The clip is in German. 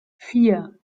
vier